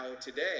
today